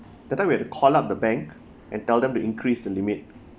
that time we had call up the bank and tell them to increase the limit